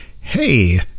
Hey